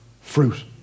fruit